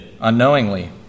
unknowingly